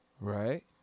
Right